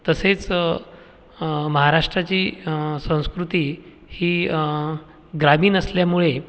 तसेच महाराष्ट्राची संस्कृती ही ग्रामीण असल्यामुळे